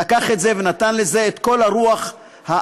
לקח את זה ונתן לזה את כל הרוח הנדרשת,